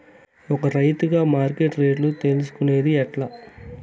ఒక రైతుగా మార్కెట్ రేట్లు తెలుసుకొనేది ఎట్లా?